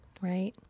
right